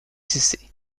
cessé